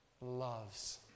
loves